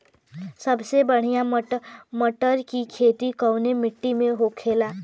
सबसे बढ़ियां मटर की खेती कवन मिट्टी में होखेला?